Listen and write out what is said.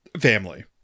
family